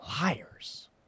Liars